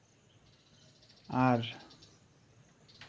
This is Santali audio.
ᱟᱨ